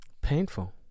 painful